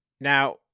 Now